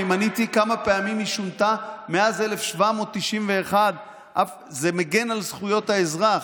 אני מניתי כמה פעמים היא שונתה מאז 1791. זה מגן על זכויות האזרח.